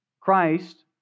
Christ